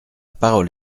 parole